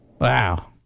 Wow